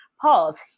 Pause